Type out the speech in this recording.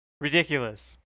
ridiculous